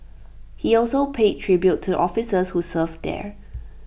he also paid tribute to officers who served there